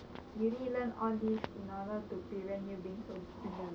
you need all this in order to prevent you being so blur